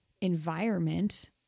environment